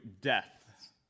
death